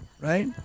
right